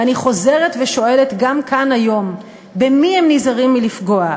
ואני חוזרת ושואלת גם כאן היום: במי הם נזהרים מלפגוע?